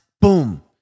Boom